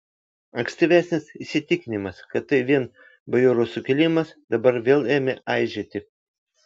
ankstyvesnis įsitikinimas kad tai vien bajorų sukilimas dabar vėl ėmė aižėti